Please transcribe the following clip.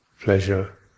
pleasure